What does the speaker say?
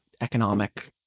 economic